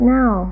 now